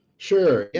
sure, yeah